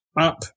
up